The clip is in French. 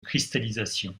cristallisation